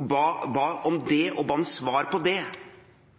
ba om svar på det.